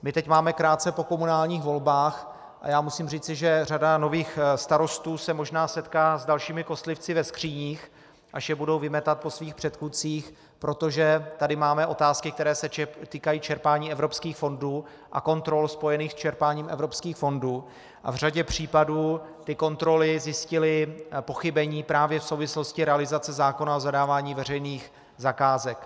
My teď máme krátce po komunálních volbách a musím říci, že řada nových starostů se možná setká s dalšími kostlivci ve skříních, až je budou vymetat po svých předchůdcích, protože tady máme otázky, které se týkají čerpání evropských fondů a kontrol spojených s čerpáním evropských fondů, a v řadě případů kontroly zjistily pochybení právě v souvislosti s realizací zákona o zadávání veřejných zakázek.